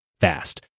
fast